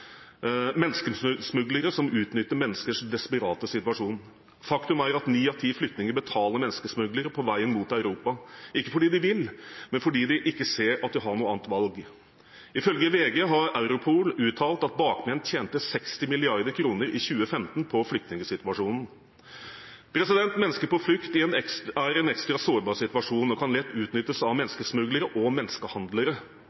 menneskesmuglere som utnytter menneskers desperate situasjon. Faktum er at ni av ti flyktninger betaler menneskesmuglere på veien mot Europa, ikke fordi de vil, men fordi de ikke ser at de har noe annet valg. Ifølge VG har Europol uttalt at bakmenn tjente 60 mrd. kr på flyktningsituasjonen i 2015. Mennesker på flukt er i en ekstra sårbar situasjon og kan lett utnyttes av